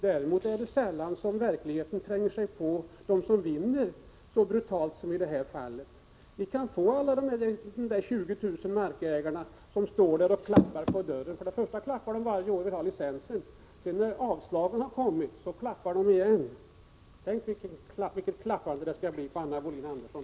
Däremot är det sällan som verkligheten tränger sig på dem som vinner så brutalt som här kommer att bli fallet. Vi kan få alla dessa 20 000 markägare som står där och klappar på dörren. Först måste de klappa varje år för att få licensen. När avslaget sedan kommit måste de klappa igen. Tänk vilket klappande det skall bli, Anna Wohlin-Andersson.